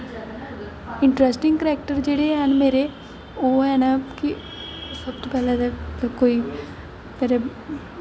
interesting character जेह्ड़े हैन मेरे ओह् हैन सबतों पैह्लें ते कोई